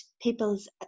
people's